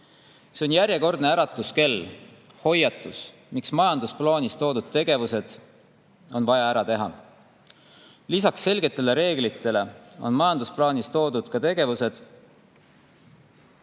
See on järjekordne äratuskell, hoiatus, miks majandusplaanis toodud tegevused on vaja ära teha. Lisaks selgetele reeglitele on investoritele oluline ka Eesti